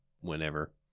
whenever